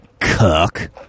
cook